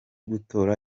gutora